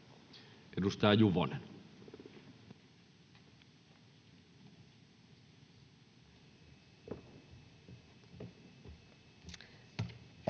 Edustaja Juvonen. Arvoisa